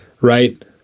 Right